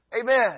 Amen